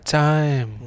time